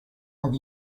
have